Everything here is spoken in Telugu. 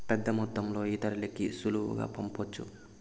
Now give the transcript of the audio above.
పెద్దమొత్తంలో ఇతరులకి సులువుగా పంపొచ్చు